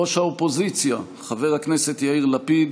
ראש האופוזיציה חבר הכנסת יאיר לפיד,